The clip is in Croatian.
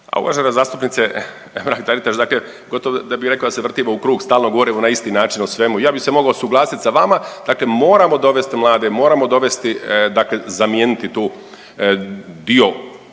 Mrak Taritaš, dakle gotovo da bih rekao da se vrtimo u krug stalno govorimo na isti način o svemu. Ja bih se mogao suglasiti sa vama. Dakle, moramo dovesti mlade, moramo dovesti, dakle